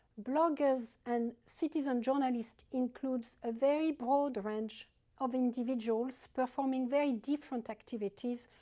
bloggers and citizen journalists includes a very broad range of individuals performing very different activities,